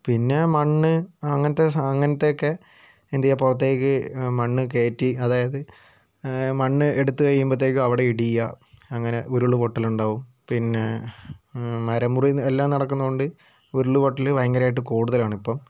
പിന്നെ മണ്ണ് അങ്ങനത്തെ അങ്ങനത്തെയൊക്കെ എന്തു ചെയ്യുക പുറത്തേക്ക് മണ്ണ് കയറ്റി അതായത് മണ്ണ് എടുത്തു കഴിയുമ്പോഴത്തേക്കും അവിടെ ഇടിയുക അങ്ങനെ ഉരുളുപൊട്ടലുണ്ടാകും പിന്നെ മരംമുറി എല്ലാം നടക്കുന്നതുകൊണ്ട് ഉരുളുപൊട്ടൽ ഭയങ്കരമായിട്ട് കൂടുതലാണിപ്പോൾ